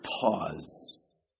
pause